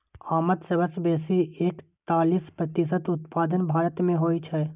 आमक सबसं बेसी एकतालीस प्रतिशत उत्पादन भारत मे होइ छै